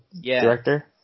director